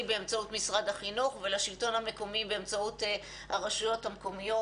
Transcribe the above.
באמצעות משרד החינוך ולשלטון המקומי באמצעות הרשויות המקומיות.